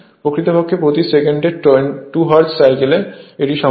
প্রকৃতপক্ষে প্রতি সেকেন্ডে 2 হার্টজ সাইকেল এটি সম্পন্ন করে